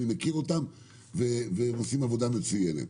ואני מכיר אותם והם עושים עבודה מצוינת,